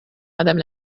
madame